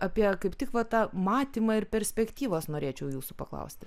apie kaip tik va tą matymą ir perspektyvas norėčiau jūsų paklausti